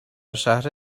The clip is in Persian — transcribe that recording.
شهر